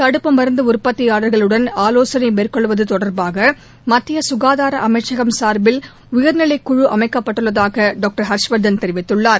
தடுப்பு மருந்து உற்பத்தியாளர்களுடன் ஆலோசளை மேற்கொள்வது தொடர்பாக மத்திய சுகாதார அமைச்சகம் சார்பில் உயர்நிலை குழு அமைக்கப்பட்டுள்ளதாக அமைச்சர் டாக்டர் ஹர்ஷ்வர்தன் தெரிவித்துள்ளார்